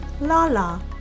Lala